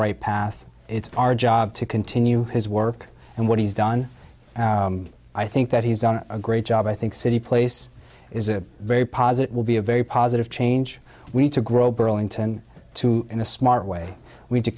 right path it's our job to continue his work and what he's done i think that he's done a great job i think city place is a very positive will be a very positive change we need to grow burlington to in a smart way